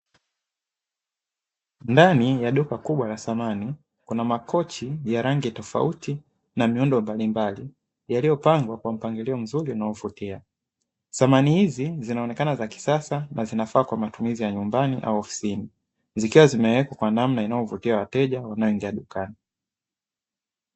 Ndani ya duka kubwa la samani kuna makochi ya rangi tofauti na muundo mbalimbali yaliyo pangwa kwa mpangilio mzuri na kuvutia, samahi hizi zinaonekana za kisasa na kwa matumizi ya nyumbani au ofisini. Zikiwa zimewekwa kwa namna inayovutia wateja wanao ingia dukani.